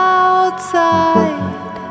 outside